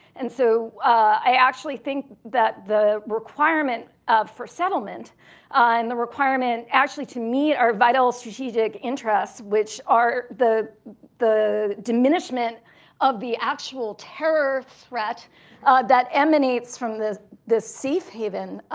and so i actually think that the requirement for settlement and the requirement actually to meet our vital strategic interests, which are the the diminishment of the actual terror threat that emanates from this this safe haven,